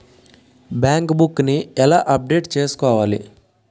Bank book నీ ఎలా update చేసుకోవాలి?